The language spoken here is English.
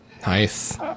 Nice